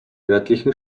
örtlichen